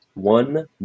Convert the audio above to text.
one